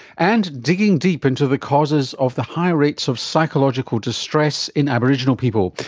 and, digging deep into the causes of the high rates of psychological distress in aboriginal people.